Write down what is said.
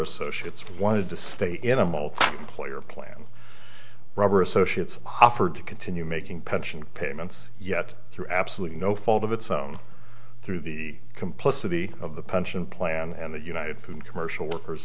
associates wanted to stay in a mall employer plan robber associates offered to continue making pension payments yet through absolutely no fault of its own through the complicity of the pension plan and the united food commercial workers